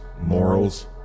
morals